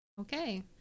okay